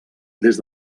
des